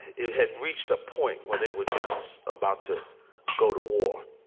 it had reached a point where they were just about to go to war.